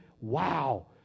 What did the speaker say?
wow